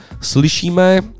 slyšíme